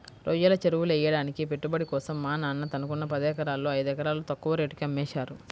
రొయ్యల చెరువులెయ్యడానికి పెట్టుబడి కోసం మా నాన్న తనకున్న పదెకరాల్లో ఐదెకరాలు తక్కువ రేటుకే అమ్మేశారు